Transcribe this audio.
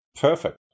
Perfect